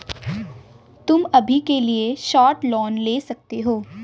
तुम अभी के लिए शॉर्ट लोन ले सकते हो